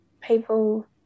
people